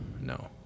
No